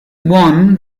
won